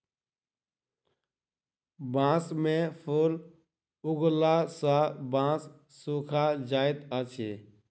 बांस में फूल उगला सॅ बांस सूखा जाइत अछि